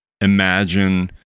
imagine